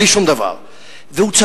בלי שום דבר.